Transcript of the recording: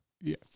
yes